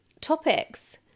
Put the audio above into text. topics